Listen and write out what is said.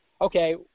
okay